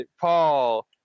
Paul